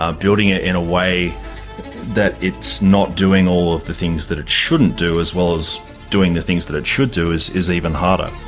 um building it in a way that it's not doing all the things that it shouldn't do as well as doing the things that it should do is is even harder.